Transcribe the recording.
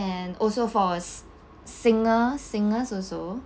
and also for s~ singer singers also